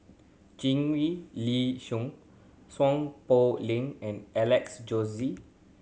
Li Song Seow Poh Leng and Alex Josey